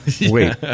Wait